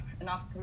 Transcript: enough